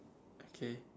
okay